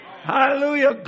Hallelujah